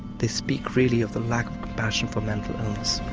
they speak really of the lack of compassion for mental illness.